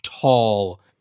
tall